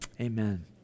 Amen